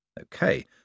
Okay